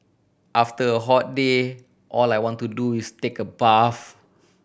after a hot day all I want to do is take a bath